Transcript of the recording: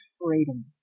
freedom